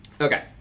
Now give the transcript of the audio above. Okay